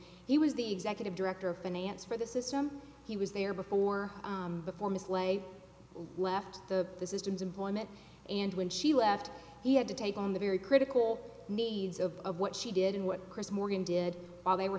he was the executive director of finance for the system he was there before before mislay left the system's employment and when she left he had to take on the very critical needs of of what she did and what chris morgan did while they were